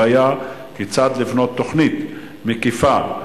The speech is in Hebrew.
הבעיה כיצד לבנות תוכנית מקיפה,